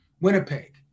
Winnipeg